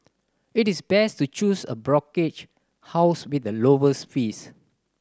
it is best to choose a brokerage house with the lowest fees